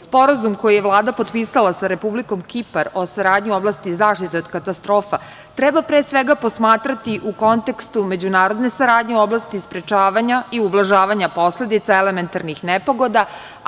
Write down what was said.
Sporazum koji je Vlada potpisala sa Republikom Kipar o saradnji u oblasti zaštite od katastrofa treba, pre svega, posmatrati u kontekstu međunarodne saradnje u oblasti sprečavanja i ublažavanja posledica elementarnih nepogoda,